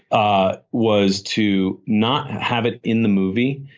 ah was to not have it in the movie.